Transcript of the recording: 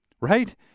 Right